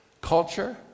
culture